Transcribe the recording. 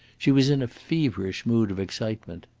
she was in a feverish mood of excitement.